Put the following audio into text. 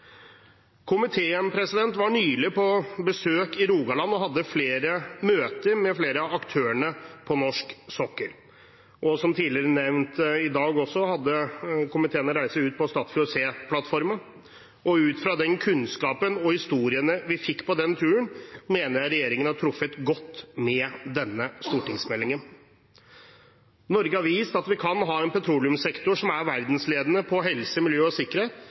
Komiteen var nylig på besøk i Rogaland og hadde flere møter med flere av aktørene på norsk sokkel. Som tidligere nevnt, også i dag, hadde komiteen en reise ut på Statfjord C-plattformen. Ut fra kunnskapen og historiene vi fikk på den turen, mener jeg regjeringen har truffet godt med denne stortingsmeldingen. Norge har vist at vi kan ha en petroleumssektor som er verdensledende på helse, miljø og sikkerhet,